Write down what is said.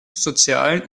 sozialen